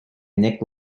nick